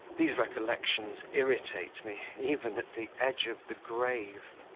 these recollections irritate me even at the edge of the grave.